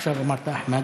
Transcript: עכשיו אמרת: אחמד.